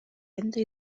lenta